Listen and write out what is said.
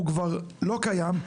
והוא כבר לא קיים.